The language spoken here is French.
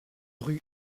rue